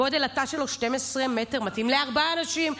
גודל התא שלו הוא 12 מטר, מתאים לארבעה אנשים.